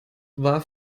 war